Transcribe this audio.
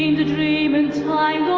and dream in time